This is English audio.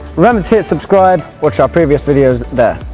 remember to hit subscribe watch our previous videos there.